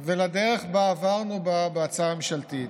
ולדרך שעברנו בהצעה הממשלתית.